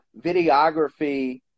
videography